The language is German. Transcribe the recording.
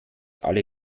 alle